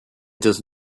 does